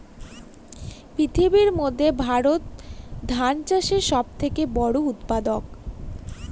পৃথিবীর মধ্যে ভারত ধান চাষের সব থেকে বড়ো উৎপাদক